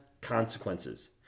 consequences